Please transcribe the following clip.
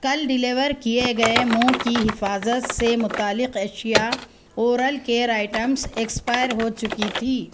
کل ڈلیور کیے گئے منہ کی حفاظت سے متعلق اشیا اورل کیئر آئیٹمس ایکسپائر ہو چکی تھی